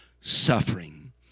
suffering